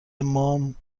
مام